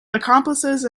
accomplices